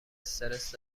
استرس